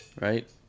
Right